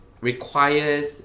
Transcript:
requires